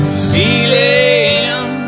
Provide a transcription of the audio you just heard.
stealing